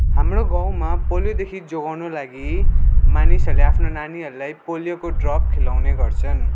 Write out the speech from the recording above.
हाम्रो गाउँमा पोलियोदेखि जोगाउन लागि मानिसहरूले आफ्नो नानीहरूलाई पोलियोको ड्रप खुवाउने गर्छन्